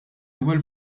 ewwel